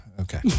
Okay